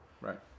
right